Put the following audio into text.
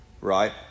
right